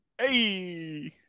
Hey